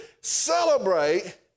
celebrate